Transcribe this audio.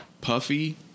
Puffy